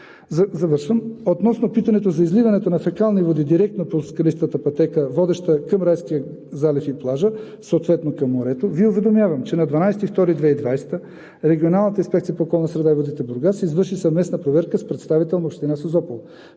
обработка. Относно питането за изливането на фекални води директно по скалистата пътека, водеща към Райския залив и плажа, съответно към морето, Ви уведомявам, че на 12 февруари 2020 г. Регионалната инспекция по околната среда и водите – Бургас, извърши съвместна проверка с представител на Община Созопол.